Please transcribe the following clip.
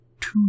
two